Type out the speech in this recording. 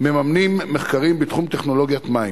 מממנים מחקרים בתחום טכנולוגיות מים.